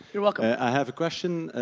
you're welcome. i have a question.